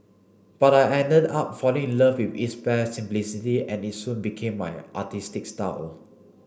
but I ended up falling in love with its bare simplicity and it soon became my artistic style